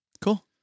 Cool